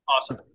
awesome